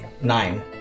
Nine